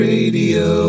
Radio